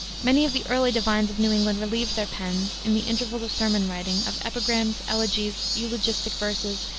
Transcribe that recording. many of the early divines of new england relieved their pens, in the intervals of sermon writing, of epigrams, elegies, eulogistic verses,